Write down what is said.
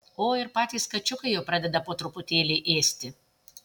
o ir patys kačiukai jau pradeda po truputėlį ėsti